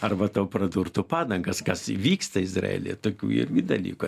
arba tau pradurtų padangas kas vyksta izraelyje tokių irgi dalykų